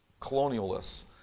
colonialists